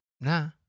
Nah